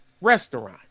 Restaurant